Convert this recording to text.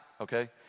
okay